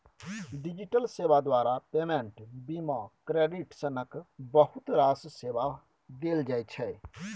digital सेबा द्वारा payment, बीमा, क्रेडिट सनक बहुत रास सेबा देल जाइ छै